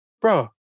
bro